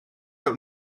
out